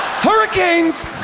Hurricanes